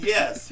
Yes